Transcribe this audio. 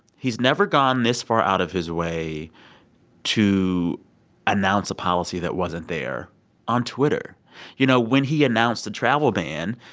he's never gone this far out of his way to announce a policy that wasn't there on twitter you know, when he announced the travel ban,